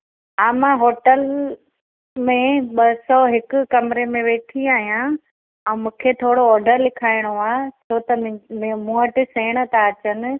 हा मां होटल में ॿ सौ हिक कमरे में वेठी आहियां ऐं मूंखे थोरो ऑडर लिखाइणो आहे छो त म मू मूं वटि सेण था अचनि